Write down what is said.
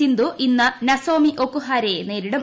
സിന്ധു ഇന്ന് നസോമി ഒക്കു ഹാരയെ നേരിടും